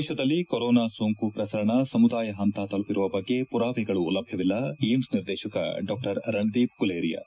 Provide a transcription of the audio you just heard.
ದೇಶದಲ್ಲಿ ಕೊರೊನಾ ಸೋಂಕು ಪ್ರಸರಣ ಸಮುದಾಯ ಹಂತ ತಲುಪಿರುವ ಬಗ್ಗೆ ಪುರಾವೆಗಳು ಲಭ್ಯವಿಲ್ಲ ಏಮ್ಸ ನಿರ್ದೇಶಕ ಡಾ ರಣದೀಪ್ ಗುಲೇರಿಯಾ